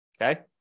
Okay